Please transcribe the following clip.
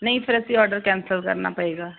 ਨਹੀਂ ਫਿਰ ਅਸੀਂ ਆਰਡਰ ਕੈਂਸਲ਼ ਕਰਨਾ ਪਏਗਾ